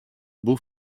beau